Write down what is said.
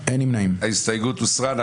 הצבעה ההסתייגות לא התקבלה.